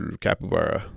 capybara